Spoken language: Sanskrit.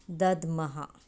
दद्मः